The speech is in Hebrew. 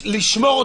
לשמור אותו,